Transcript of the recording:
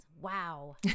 wow